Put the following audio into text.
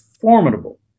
formidable